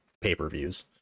pay-per-views